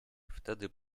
wtedy